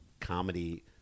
comedy